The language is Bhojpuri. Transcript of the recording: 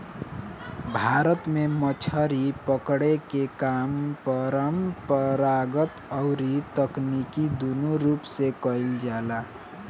भारत में मछरी पकड़े के काम परंपरागत अउरी तकनीकी दूनो रूप से कईल जाला